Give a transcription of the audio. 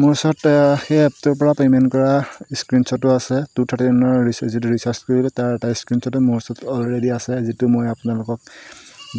মোৰ ওচৰত সেই এপটোৰপৰা পেমেণ্ট কৰা স্ক্ৰীণশ্বটো আছে টু থাৰ্টি নাইনৰ যিটো ৰিচাৰ্জ কৰিছিলোঁ তাৰ এটা স্ক্ৰীণশ্বটো মোৰ ওচৰত অলৰেডি আছে যিটো মই আপোনালোকক